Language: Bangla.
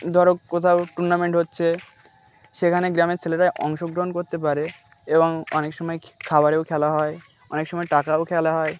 ধরো কোথাও টুর্নামেন্ট হচ্ছে সেখানে গ্রামের ছেলেরাই অংশগ্রহণ করতে পারে এবং অনেক সময় খাবারেও খেলা হয় অনেক সময় টাকাও খেলা হয়